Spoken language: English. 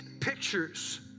pictures